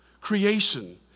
creation